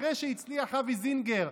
אחרי שהצליח אבי זינגר,